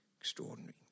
extraordinary